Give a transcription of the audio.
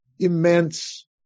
Immense